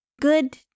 good